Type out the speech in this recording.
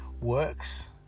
works